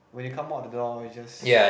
when you come out of the door you just